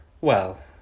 Well